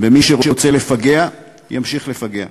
ומי שרוצה לפגע ימשיך לפגע.